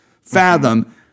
fathom